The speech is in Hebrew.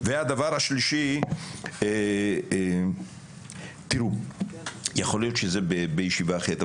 הדבר השלישי יכול להיות שזה בישיבה אחרת,